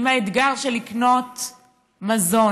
עם האתגר של לקנות מזון,